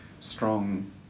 strong